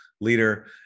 leader